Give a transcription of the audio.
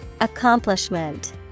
Accomplishment